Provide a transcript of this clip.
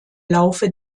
laufe